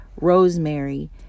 Rosemary